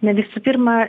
na visų pirma